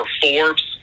forbes